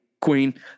queen